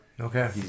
Okay